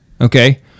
okay